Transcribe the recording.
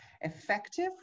effective